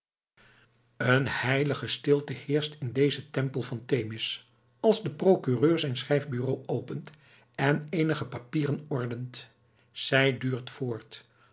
een heilige stilte heerscht in dezen tempel van themis als de procureur zijn schrijfbureau opent en eenige papieren ordent zij duurt voort